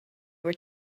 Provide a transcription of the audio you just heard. were